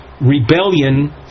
rebellion